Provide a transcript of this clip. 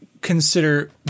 consider